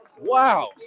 Wow